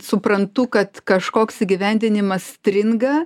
suprantu kad kažkoks įgyvendinimas stringa